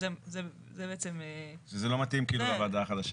שזה לא מתאים כאילו לוועדה החדשה.